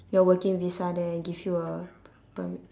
your working visa there and give you a permit